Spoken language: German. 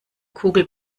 kugel